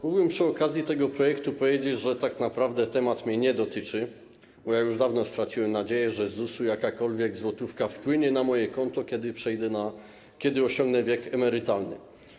Mógłbym przy okazji tego projektu powiedzieć, że tak naprawdę temat mnie nie dotyczy, bo już dawno straciłem nadzieję, że z ZUS-u jakakolwiek złotówka wpłynie na moje konto, kiedy osiągnę wiek emerytalny.